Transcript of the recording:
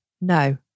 No